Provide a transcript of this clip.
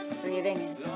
breathing